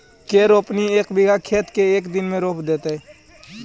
के रोपनी एक बिघा खेत के एक दिन में रोप देतै?